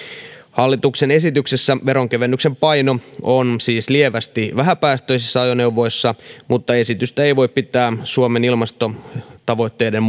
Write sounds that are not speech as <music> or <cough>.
hallituksen esityksessä veronkevennyksen paino on siis lievästi vähäpäästöisissä ajoneuvoissa mutta esitystä ei voi pitää suomen ilmastotavoitteiden <unintelligible>